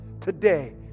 Today